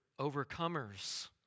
overcomers